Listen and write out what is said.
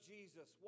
Jesus